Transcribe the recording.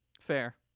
fair